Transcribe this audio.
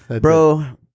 Bro